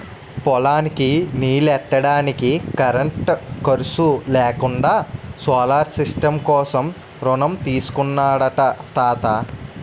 పొలానికి నీల్లెట్టడానికి కరెంటు ఖర్సు లేకుండా సోలార్ సిస్టం కోసం రుణం తీసుకున్నాడట తాత